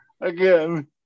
again